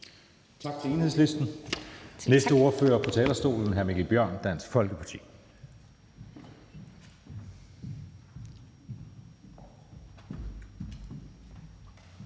Tak til Enhedslisten. Næste ordfører på talerstolen er hr. Mikkel Bjørn, Dansk Folkeparti.